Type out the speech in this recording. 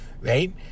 right